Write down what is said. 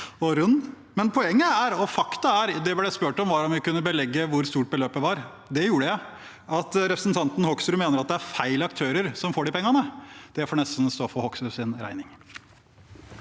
men poenget er – og faktum er – at det vi ble spurt om, var om vi kunne belegge hvor stort beløpet var. Det gjorde jeg. At representanten Hoksrud mener at det er feil aktører som får de pengene, får nesten stå for Hoksruds regning.